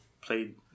played